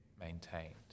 maintained